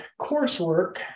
coursework